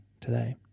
today